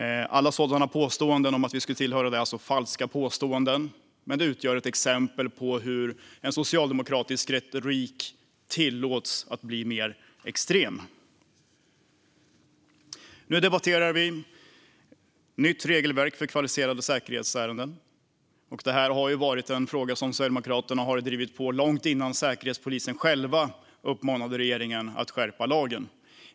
Alla påståenden om att vi skulle tillhöra denna miljö är falska, men det utgör ett exempel på hur socialdemokratisk retorik har tillåtits bli mer extrem. Nu debatterar vi Nytt regelverk för kvalificerade säkerhetsärenden . Detta har varit en fråga som Sverigedemokraterna har drivit på långt innan Säkerhetspolisen själva uppmanade regeringen att skärpa lagen.